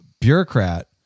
bureaucrat